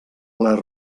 les